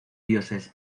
dioses